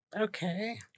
Okay